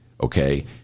okay